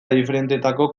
diferentetako